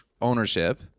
ownership